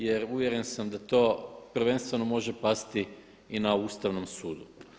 Jer uvjeren sam da to prvenstveno može pasti i na Ustavnom sudu.